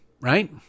right